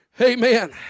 Amen